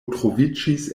troviĝis